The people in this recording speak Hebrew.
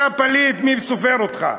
אתה פליט, מי סופר אותך?